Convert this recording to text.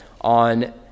on